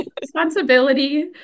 Responsibility